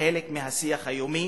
לחלק מהשיח היומי